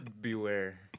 beware